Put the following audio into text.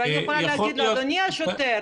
ואני יכולה להגיד לו: אדוני השוטר,